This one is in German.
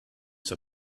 zur